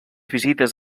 visites